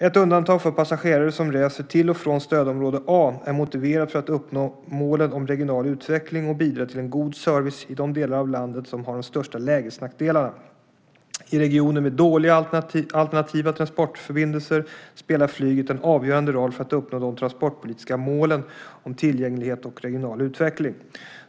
Ett undantag för passagerare som reser till och från stödområde A är motiverat för att uppnå målen om regional utveckling och bidra till en god service i de delar av landet som har de största lägesnackdelarna. I regioner med dåliga alternativa transportförbindelser spelar flyget en avgörande roll för att uppnå de transportpolitiska målen om tillgänglighet och regional utveckling.